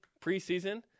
preseason